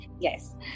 Yes